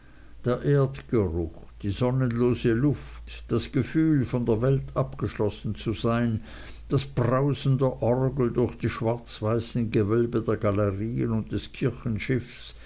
der erdgeruch die sonnenlose luft das gefühl von der welt abgeschlossen zu sein das brausen der orgel durch die schwarzweißen gewölbe der galerien und des kirchenschiffs